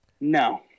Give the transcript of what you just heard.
No